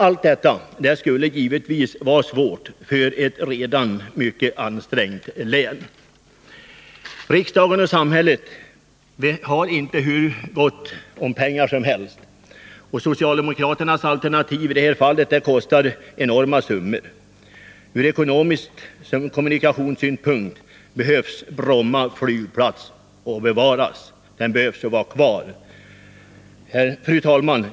Allt detta skulle givetvis vara svårt för ett redan mycket ansträngt län att klara. Riksdagen och samhället har inte hur gott om pengar som helst, och socialdemokraternas alternativ på detta område kostar enorma summor. Såväl ur ekonomisk synpunkt som ur kommunikationssynpunkt behöver vi bevara Bromma flygplats. Fru talman!